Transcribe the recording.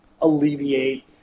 alleviate